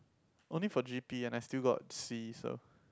only got g_p and I still got C so